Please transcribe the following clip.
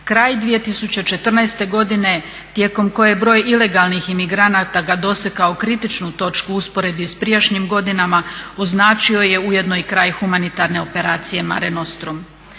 Kraj 2014. godine tijekom koje je broj ilegalnih imigranta dosegao kritičnu točku u usporedbi sa prijašnjim godinama označio je ujedno i kraj humanitarne operacije "Mare Nostrum".